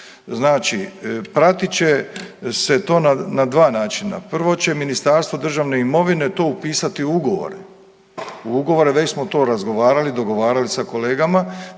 znači pratit će se to na dva načina. Prvo će Ministarstvo državne imovine to upisati u ugovore, u ugovore. Već smo to razgovarali i dogovarali sa kolegama.